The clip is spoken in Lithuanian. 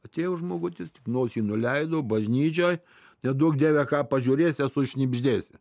atėjo žmogutis tik nosį nuleido bažnyčioj neduok dieve ką pažiūrėsi a sušnibždėsi